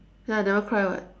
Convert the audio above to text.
ya I never cry [what]